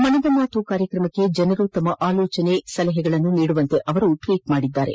ಮನದ ಮಾತು ಕಾರ್ಯಕ್ರಮಕ್ಕೆ ಜನರು ತಮ್ನ ಆಲೋಚನೆ ಸಲಹೆಗಳನ್ನು ನೀಡುವಂತೆ ಅವರು ಟ್ವೀಟ್ ಮಾಡಿದ್ದಾರೆ